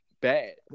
bad